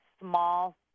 small